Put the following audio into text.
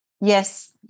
yes